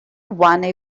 one